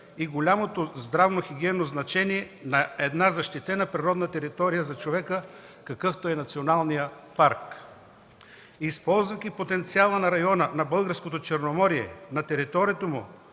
и голямото здравно-хигиенно значение на една защитена природна територия за човека, какъвто е националният парк. Използвайки потенциала на района на Българското Черноморие, на територията му